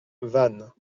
vannes